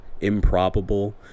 improbable